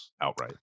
outright